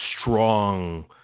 strong